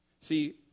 See